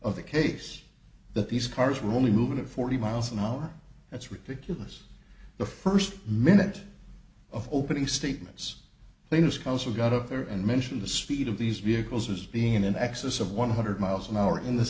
of the case that these cars were only moving at forty miles an hour that's ridiculous the first minute of opening statements they discuss or got up there and mention the speed of these vehicles as being in excess of one hundred miles an hour in the